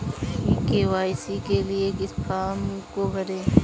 ई KYC के लिए किस फ्रॉम को भरें?